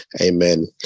Amen